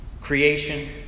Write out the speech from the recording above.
creation